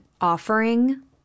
offering